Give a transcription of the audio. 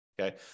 okay